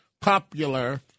popular